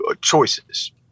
choices